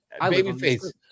Babyface